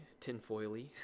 tinfoily